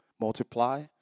multiply